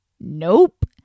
Nope